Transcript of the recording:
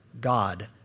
God